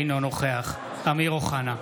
אינו נוכח אמיר אוחנה,